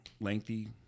lengthy